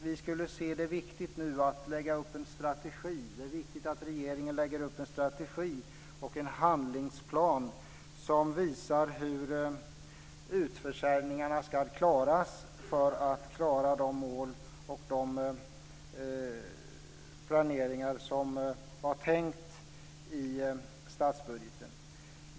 Vi ser det som viktigt nu att regeringen lägger upp en strategi och en handlingsplan som visar hur utförsäljningarna ska klaras för att klara de mål och den planering som var tänkt i statsbudgeten.